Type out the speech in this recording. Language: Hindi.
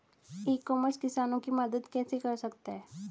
ई कॉमर्स किसानों की मदद कैसे कर सकता है?